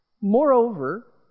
Moreover